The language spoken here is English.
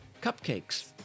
cupcakes